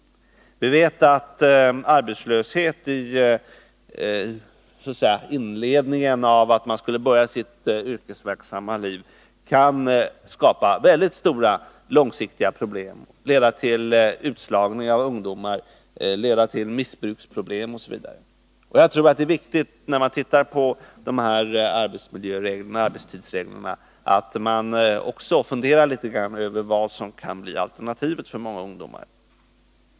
Vi vet att arbetslöshet i inledningen av ett skede där man skulle börja sitt yrkesverksamma liv kan skapa mycket stora, långsiktiga problem och leda till utslagning av ungdomar, missbruksproblem OSV. Jag tror därför att det är viktigt — när man ser på dessa arbetsmiljöoch arbetstidsregler — att också fundera litet över vad som kan bli alternativet för många ungdomar.